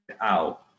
out